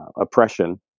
oppression